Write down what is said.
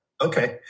Okay